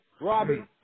robbie